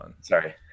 sorry